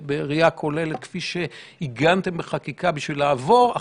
כמשרד הבריאות לחזור לשירות במקרים של השגות,